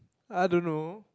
I don't know